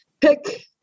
pick